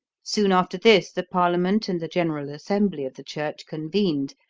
soon after this the parliament and the general assembly of the church convened,